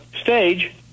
stage